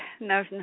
No